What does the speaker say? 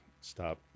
stop